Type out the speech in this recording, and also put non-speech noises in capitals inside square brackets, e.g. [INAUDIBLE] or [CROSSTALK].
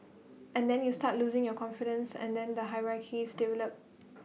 and then you start losing your confidence and then the hierarchies develop [NOISE]